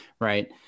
Right